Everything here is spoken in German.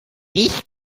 ich